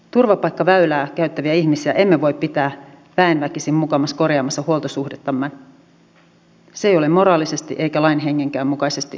kun edustaja rinne hyvin luontevasti käyttää pakkolaki sanontaa niin hän selvästi kaipaa aikaa jolloin olivat todelliset pakkolait täällä